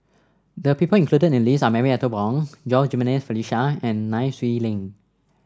the people included in the list are Marie Ethel Bong Jimenez Felicia and Nai Swee Leng